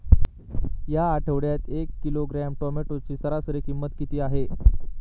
या आठवड्यात एक किलोग्रॅम टोमॅटोची सरासरी किंमत किती आहे?